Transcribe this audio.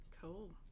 cool